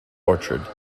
orchard